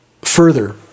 Further